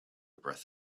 breath